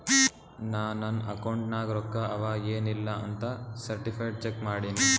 ನಾ ನನ್ ಅಕೌಂಟ್ ನಾಗ್ ರೊಕ್ಕಾ ಅವಾ ಎನ್ ಇಲ್ಲ ಅಂತ ಸರ್ಟಿಫೈಡ್ ಚೆಕ್ ಮಾಡಿನಿ